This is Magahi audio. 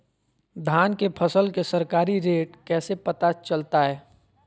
धान के फसल के सरकारी रेट कैसे पता चलताय?